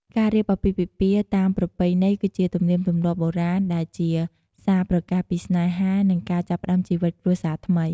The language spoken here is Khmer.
ការរៀបអាពាហ៍ពិពាហ៍តាមប្រពៃណីគឺជាទំនៀមទម្លាប់បុរាណដែលជាសារប្រកាសពីស្នេហា និងការចាប់ផ្តើមជីវិតគ្រួសារថ្មី។